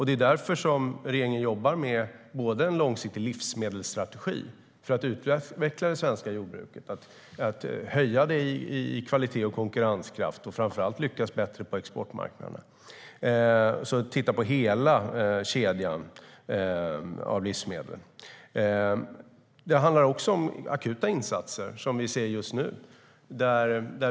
Det är därför som regeringen jobbar med en långsiktig livsmedelsstrategi för att utveckla det svenska jordbruket, höja kvalitet och konkurrenskraft och framför allt lyckas bättre på exportmarknaderna. Vi tittar på hela kedjan av livsmedel. Det handlar också om akuta insatser som vi ser just nu.